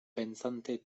pensante